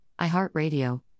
iHeartRadio